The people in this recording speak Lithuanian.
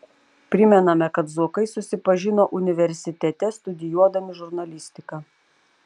primename kad zuokai susipažino universitete studijuodami žurnalistiką